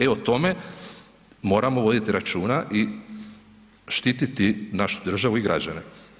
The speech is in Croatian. E o tome moramo voditi računa i štititi našu državu i građane.